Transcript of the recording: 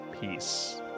Peace